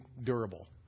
durable